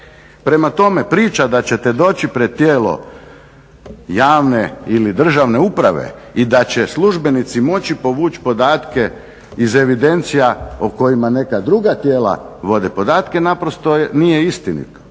Prema tome priča da ćete doći pred tijelo javne ili državne uprave i da će službenici moći povući podatke iz evidencija o kojima neka druga tijela vode podatke, naprosto nije istinita.